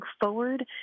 forward